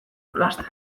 jolasten